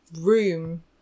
room